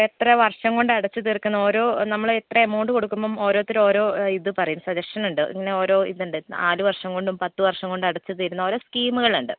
എത്ര വർഷം കൊണ്ടടച്ച് തീർക്കുന്ന ഓരോ നമ്മൾ എത്ര എമൗണ്ട് കൊടുക്കുമ്പോൾ ഓരോരുത്തർ ഓരോ ഇത് പറയും സജഷൻ ഉണ്ട് ഇങ്ങനെയോരോ ഇതുണ്ട് നാല് വർഷം കൊണ്ടും പത്ത് വർഷം കൊണ്ടും അടച്ച് തീരുന്ന ഓരോ സ്കീമുകളുണ്ട്